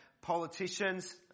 politicians